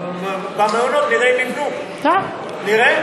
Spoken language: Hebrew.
במעונות נראה אם יבנו, נראה.